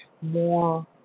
more